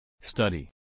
Study